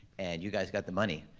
and you guys got the money.